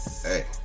Hey